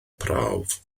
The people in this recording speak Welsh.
prawf